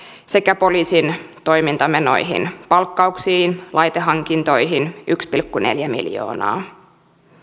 sekä poliisin toimintamenoihin palkkauksiin laitehankintoihin yksi pilkku neljä miljoonaa